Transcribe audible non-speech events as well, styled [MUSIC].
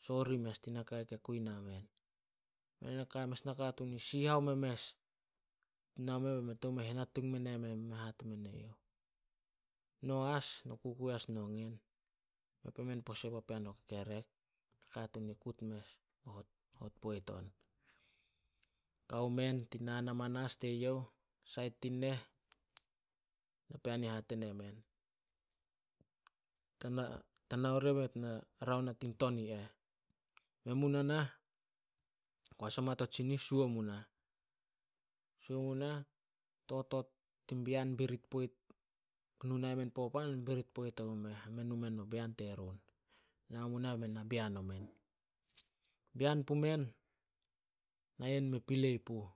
﻿Sori mes tin naka ke kui namen, [UNINTELLIGIBLE] mes nakatuun i si haome mes, nao me be me tou henatung mene men be men e hate mue you, "No as no kukui no ngen, me pue men pose papean o kekerek. Nakatuun i kut mes be you hot poit on. Kao men tin naan amanas te youh sait neh, napean i ih hate ne men, [UNINTELLIGIBLE] tano ria be nit mu na raon a tin ton i eh. Men mu na nah koas oma to tsinih, suo munah. Suo munah bo totot tin bean [UNINTELLIGIBLE] nu nai men popoan bemen birit poit omu meh. Me nu mo bean terun, naa mu nah be men bean omen. Bean pumen, nayen mei pilei puh.